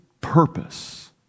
purpose